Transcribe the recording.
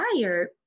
tired